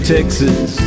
Texas